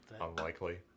Unlikely